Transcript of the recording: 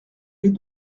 les